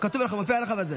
מאיפה הנתון הזה?